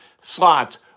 slots